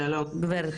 שלום.